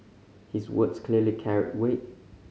his words clearly carried weight